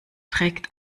trägt